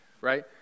Right